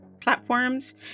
platforms